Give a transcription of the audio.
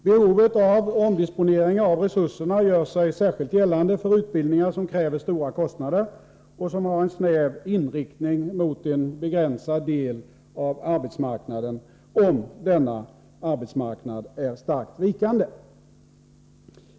Behovet av omdisponeringar av resurserna gör sig särskilt gällande för utbildningar som kräver stora kostnader och som har en snäv inriktning mot en begränsad del av arbetsmarknaden, om denna arbetsmarknad är starkt vikande.